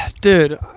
Dude